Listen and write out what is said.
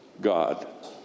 God